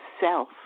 self